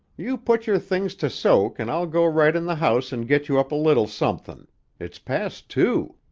you put your things to soak and i'll go right in the house and get you up a little something it's past two.